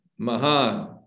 Mahan